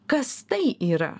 kas tai yra